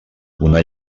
una